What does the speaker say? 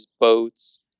boats